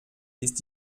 ist